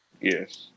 yes